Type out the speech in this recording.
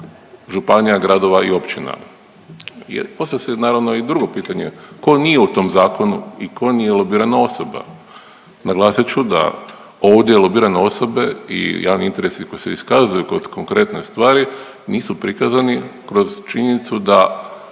županija, gradova i općina jer postavlja se naravno i drugo pitanje, ko nije u tom zakonu i ko nije lobirana osoba? Naglasit ću da ovdje lobirane osobe i javni interesi koji se iskazuju kod konkretne stvari nisu prikazani kroz činjenicu da